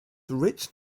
rich